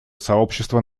сообщества